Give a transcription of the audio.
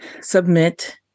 submit